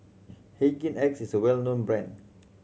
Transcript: Hygin X is a well known brand